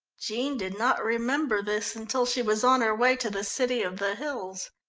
jean did not remember this until she was on her way to the city of the hills,